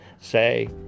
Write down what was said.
say